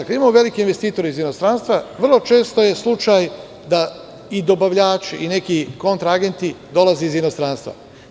Kada imamo velike investitore iz inostranstva, vrlo često je slučaj da i dobavljači, neki kontra agenti dolaze iz inostranstva.